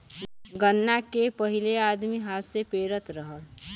गन्ना के पहिले आदमी हाथ से पेरत रहल